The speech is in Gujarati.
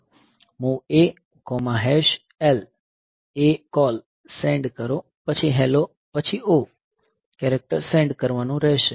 move AL ACALL સેન્ડ કરો પછી હેલો પછી O કેરેક્ટર સેન્ડ કરવાનું રહેશે